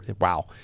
wow